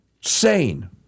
sane